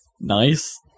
nice